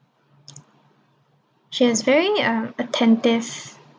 she was very uh attentive